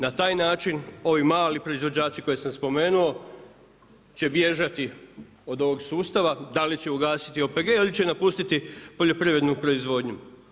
Na taj način ovi mali proizvođači koje sam spomenuo će bježati od ovog sustava da li će ugasiti OPG-e ili će napustiti poljoprivrednu proizvodnju.